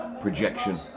projection